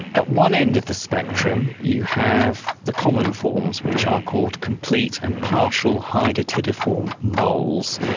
at one end of the spectrum you have the common forms which are called complete and partial hydatidiform moles.